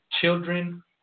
children